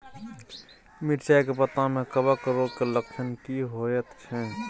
मिर्चाय के पत्ता में कवक रोग के लक्षण की होयत छै?